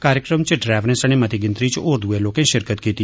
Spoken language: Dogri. कार्यक्रम च ड्रैवरें सने मेती गिनत्री च होर दुए लोकें शिरकत कीती